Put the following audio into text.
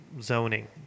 Zoning